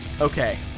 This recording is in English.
Okay